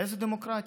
איזו דמוקרטיה?